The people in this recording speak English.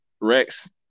Rex –